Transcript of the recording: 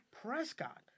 Prescott